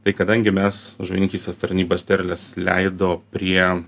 tai kadangi mes žuvininkystės tarnyba sterles leido prie